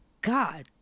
God